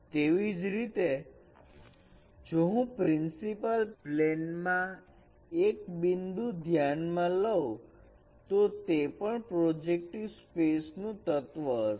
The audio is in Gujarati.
તેવી જ રીતે જો હું પ્રિન્સિપાલ પ્લેનમાં એક બિંદુ ધ્યાનમાં લવ તો તે પણ પ્રોજેક્ટિવ સ્પેસ નું તત્વ હશે